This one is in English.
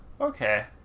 okay